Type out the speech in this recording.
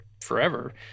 forever